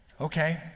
Okay